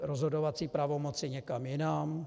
rozhodovací pravomoci někam jinam?